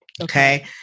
Okay